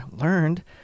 learned